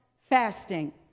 Fasting